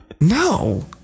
no